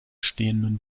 stehenden